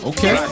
Okay